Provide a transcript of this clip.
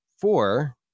four